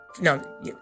no